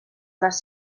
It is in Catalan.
les